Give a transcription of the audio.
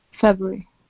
February